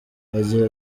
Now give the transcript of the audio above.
agira